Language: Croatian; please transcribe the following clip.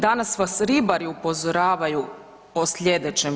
Danas vas ribari upozoravaju o sljedećem.